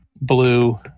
blue